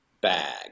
bag